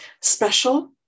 special